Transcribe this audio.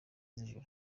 z’ijoro